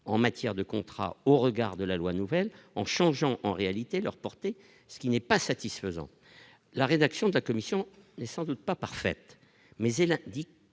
en matière de contrats au regard de la loi nouvelle en changeant en réalité leur portée, ce qui n'est pas satisfaisant, la rédaction de la commission, mais sans doute pas parfaite, mais il dit